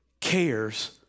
cares